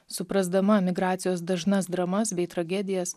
suprasdama migracijos dažnas dramas bei tragedijas